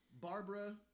Barbara